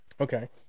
Okay